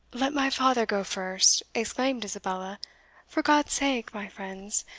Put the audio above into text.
let my father go first, exclaimed isabella for god's sake, my friends,